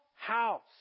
house